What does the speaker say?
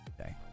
Okay